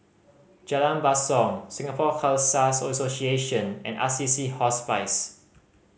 Jalan Basong Singapore Khalsa Association and Assisi Hospice